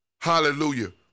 Hallelujah